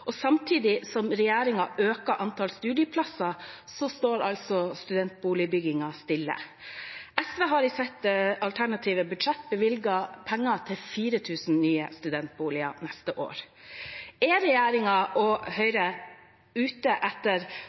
og samtidig som regjeringen øker antall studieplasser, står studentboligbyggingen stille. SV har i sitt alternative budsjett bevilget penger til 4 000 nye studentboliger neste år. Er regjeringen og Høyre bare ute etter